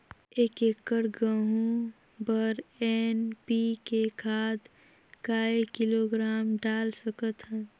एक एकड़ गहूं बर एन.पी.के खाद काय किलोग्राम डाल सकथन?